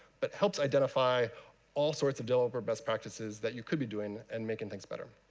but helps identify all sorts of developer best practices that you can be doing, and making things better.